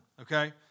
okay